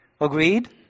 Agreed